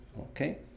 Okay